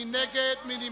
מי נגד?